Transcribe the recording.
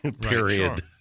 period